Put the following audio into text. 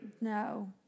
No